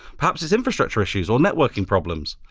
perhaps there's infrastructure issues or networking problems.